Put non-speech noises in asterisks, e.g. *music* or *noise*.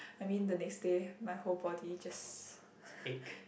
I mean the next day my whole body just *breath*